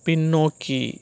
பின்னோக்கி